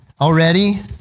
Already